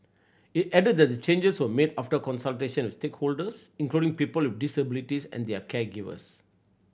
it added that changes were made after consultations with stakeholders including people with disabilities and their caregivers